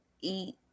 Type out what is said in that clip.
eat